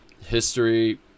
history